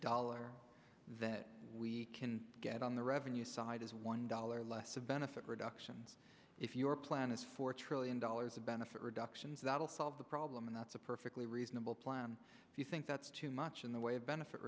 dollar that we can get on the revenue side is one dollar less of benefit reductions if your plan is four trillion dollars of benefit reductions that'll solve the problem and that's a perfectly reasonable plan if you think that's too much in the way of benefit